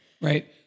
Right